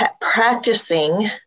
practicing